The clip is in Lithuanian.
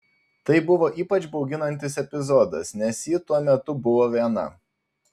tai buvo ypač bauginantis epizodas nes ji tuo metu buvo viena